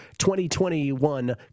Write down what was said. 2021